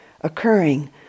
occurring